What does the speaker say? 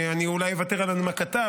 אני אולי אוותר על הנמקתה,